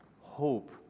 hope